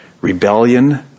rebellion